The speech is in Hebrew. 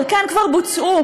חלקן כבר בוצעו,